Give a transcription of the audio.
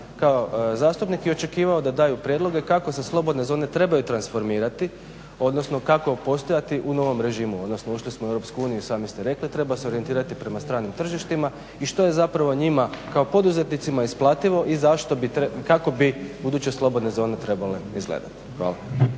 kao zastupnik i očekivao da daju prijedloge kako se slobodne zone trebaju transformirati, odnosno kako postojati u novom režimu, odnosno ušli smo u EU i sami ste rekli, treba se orijentirati prema stranim tržištima i što je zapravo njima kao poduzetnicima isplativo i kako bi buduće slobodne zone trebale izgledati? Hvala.